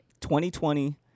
2020